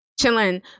chilling